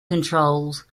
controls